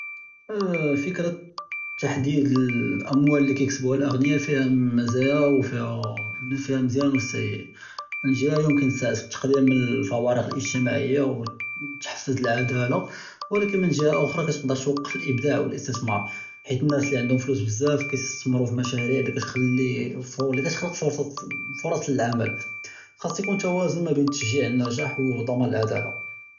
אה פִכְרַת תַחְדִיד אֶלְאַמְוַאל לִי כַּיְכַסְבוּהَا אֶלְאַגְנִיָּא פִיהָ מַזַאיַּא וּפִיהָ מֵין פִיהָ מְזְיַאן וְסִי, וּמֵן גִּ'הָה יְמוּכֶּן תְּעַוֵּנ פִּי תַּקְלִיל מַפְ'וַארַקְ אֶלְאִגְתִצָאדִיָּה וּתְחַפֵּז אֶלְעֻדְלָה, וְלָקִין מֵן גִּ'הָה אֲחֻרָה כּתְקַדֵּר תְּוַקֵּף אֶלְאִבְדָاع וְאֶלְאִסְתִתְמָאר חֵית אֶנַּאס לִי עַנְדְהוּם פְּלוּס בְּזַאף כַּיְסְתַתְמְרוּ פִּי אֶלְמַشَارِيع לִי כּתְחַלִּי פוּר לִי כּתְחַלַּק פְּרָסַה פְּרָס אֶלְעֻמָּל חַאס יְקוּן תְּוַאזֻן בֵּין תַּשְּׁגִ'يع אֶלְנַجَاح וּדְמַאן אֶלְעֻדְלָה.